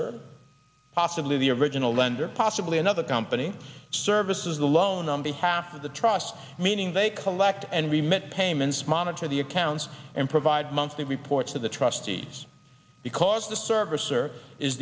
or possibly the original lender possibly another company services the loan on behalf of the trust meaning they collect and remit payments monitor the accounts and provide monthly reports to the trustees because the service or is